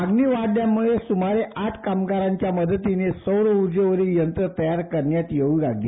मागणी वाढल्यामुळे सुमारे आठ कामगारांच्या मदतीने सौरउर्जेवरील यंत्र तयार करण्यात येऊ लागली